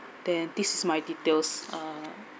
then this is my details uh